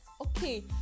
Okay